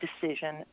decision